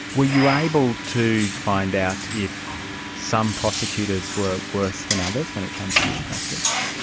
were you able to find out if some prosecutors were worse than others when it comes to this practice?